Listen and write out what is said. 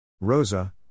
Rosa